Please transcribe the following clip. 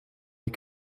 die